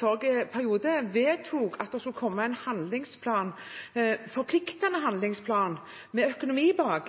Folkeparti og Venstre vedtok regjeringen i forrige periode at det skulle komme en forpliktende handlingsplan, med økonomi bak,